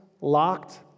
locked